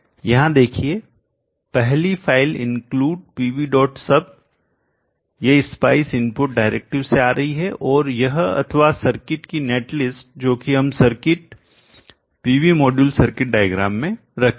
यहां देखिए पहली फाइल इंक्लूड pvsub यह स्पाइस इनपुट डायरेक्टिव से आ रही है और यह अथवा सर्किट की नेट लिस्ट जो कि हम circuit pv module circuit diagram में रखेंगे